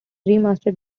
remastered